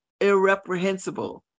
irreprehensible